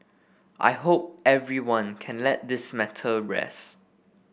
I hope everyone can let this matter rest